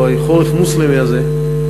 או החורף המוסלמי הזה,